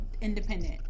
independent